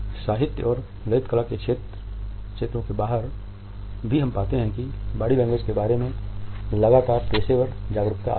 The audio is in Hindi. साहित्य और ललित कला के क्षेत्रों के बाहर भी हम पाते हैं कि बॉडी लैंग्वेज के बारे में लगातार पेशेवर जागरूकता आई है